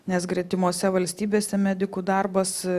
nes gretimose valstybėse medikų darbas